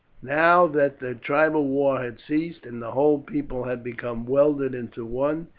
now that the tribal wars had ceased, and the whole people had become welded into one,